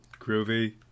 Groovy